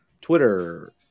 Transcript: Twitter